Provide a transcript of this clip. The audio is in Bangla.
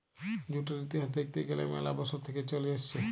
জুটের ইতিহাস দ্যাখতে গ্যালে ম্যালা বসর থেক্যে চলে আসছে